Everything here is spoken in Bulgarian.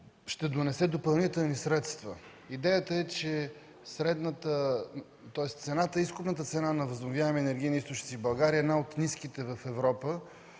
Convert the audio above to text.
ще донесе допълнителни средства. Идеята е, че изкупната цена на възобновяеми енергийни източници в България е една от ниските в Европа,